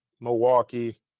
Milwaukee